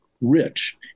rich